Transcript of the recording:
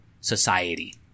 society